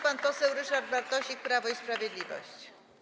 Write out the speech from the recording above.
Pan poseł Ryszard Bartosik, Prawo i Sprawiedliwość.